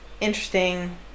interesting